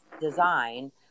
design